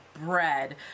bread